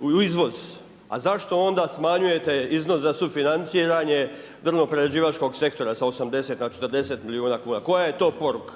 u izvoz. A zašto onda smanjujete iznos za sufinanciranje drvno prerađivačkog sektora sa 80 na 40 milijuna kuna? Koja je to poruka?